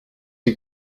sie